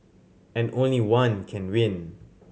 and only one can win